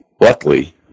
Luckily